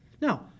Now